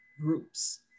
groups